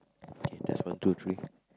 K test one two three